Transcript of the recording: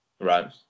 Right